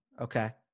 Okay